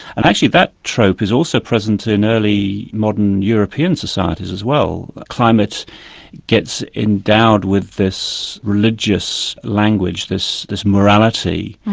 and actually that trope is also present in early modern european societies as well. climate gets endowed with this religious language, this this morality,